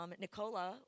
Nicola